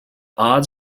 odds